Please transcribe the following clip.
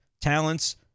talents